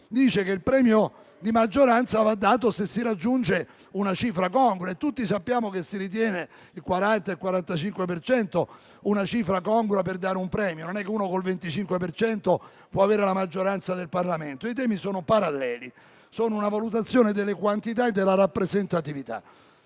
dicono che il premio di maggioranza va dato se si raggiunge una cifra congrua e tutti sappiamo che si ritiene il 40 e il 45 per cento una cifra congrua per dare un premio. Non è che uno col 25 per cento può avere la maggioranza del Parlamento. I temi sono paralleli: sono una valutazione delle quantità e della rappresentatività.